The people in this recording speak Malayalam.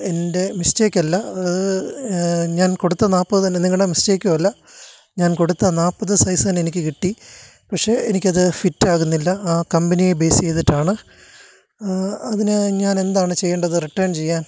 എൻ്റെ മിസ്റ്റേക്ക് അല്ല ഞാൻ കൊടുത്ത നാൽപ്പത് തന്നെ നിങ്ങളുടെ മിസ്റ്റേക്കും അല്ല ഞാൻ കൊടുത്ത നാൽപ്പത് സൈസ്സ് തന്നെ എനിക്ക് കിട്ടി പക്ഷെ എനിക്കത് ഫിറ്റ് ആകുന്നില്ല ആ കമ്പനിയെ ബേസ് ചെയ്തിട്ടാണ് അതിന് ഞാൻ എന്താണ് ചെയ്യേണ്ടത് റിട്ടേൺ ചെയ്യാൻ